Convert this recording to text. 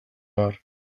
abar